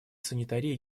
санитарии